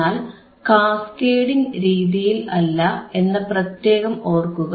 എന്നാൽ കാസ്കേഡിംഗ് രീതിയിൽ അല്ല എന്നു പ്രത്യേകം ഓർക്കുക